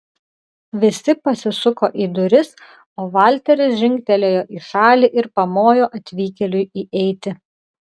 visi pasisuko į duris o valteris žingtelėjo į šalį ir pamojo atvykėliui įeiti